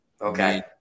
Okay